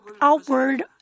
outward